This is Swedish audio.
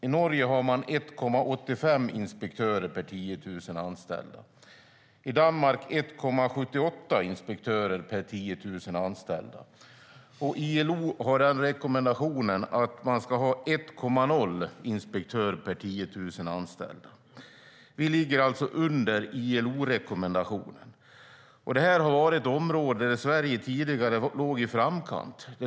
I Norge har man 1,85 inspektörer per 10 000 anställda och i Danmark 1,78 inspektörer per 10 000 anställda. ILO har rekommendationen att man ska ha 1,0 inspektörer per 10 000 anställda. Vi ligger alltså under ILO-rekommendationen. Det här är ett område där Sverige tidigare låg i framkant.